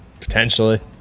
Potentially